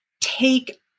take